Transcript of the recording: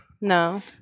No